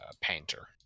painter